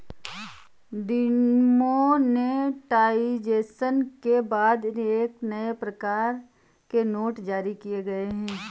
demonetisation के बाद नए प्रकार के नोट जारी किए गए थे